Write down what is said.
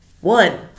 One